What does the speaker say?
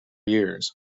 years